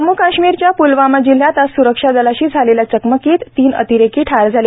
जम्म् काश्मीरच्या प्लवामा जिल्ह्यात आज स्रक्षा दलाशी झालेल्या चकमकीत तीन अतिरेकी ठार झाले